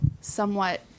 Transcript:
somewhat